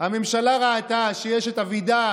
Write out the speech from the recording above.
הממשלה ראתה שיש את אבידר,